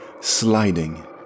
sliding